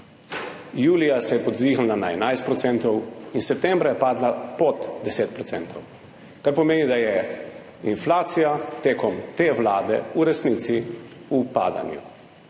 Julija se je povzdignilo na 11 % in septembra je padla pod 10 %, kar pomeni, da je inflacija v času te vlade v resnici v padanju.